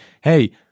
hey